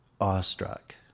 awestruck